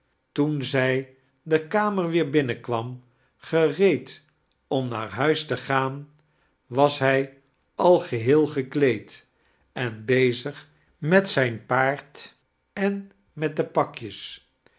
toen zij de kamer weer binnenkwam gereed om naar huis te gaan was hij al geheel gekleed en bezig met zijn paard en met de pakjes